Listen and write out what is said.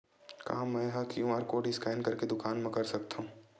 का मैं ह क्यू.आर कोड स्कैन करके दुकान मा कर सकथव?